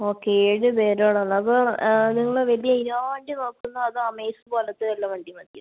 okay ഏഴ് പേരോളം അപ്പോൾ നിങ്ങള് വലിയ ഇന്നോവ വണ്ടി നോക്കുന്നോ അതോ അമേസ് പോലത്തെ വല്ല വണ്ടിയും മതിയോ